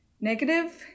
negative